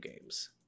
games